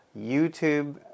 YouTube